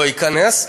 לא ייכנס.